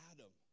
Adam